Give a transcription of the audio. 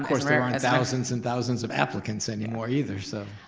course there aren't thousands and thousands of applicants anymore either, so